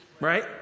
right